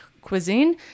cuisine